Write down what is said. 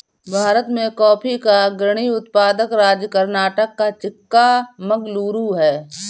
भारत में कॉफी का अग्रणी उत्पादक राज्य कर्नाटक का चिक्कामगलूरू है